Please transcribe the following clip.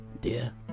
Dear